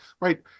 right